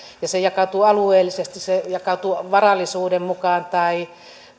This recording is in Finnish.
se jakautuu alueellisesti se jakautuu varallisuuden mukaan tai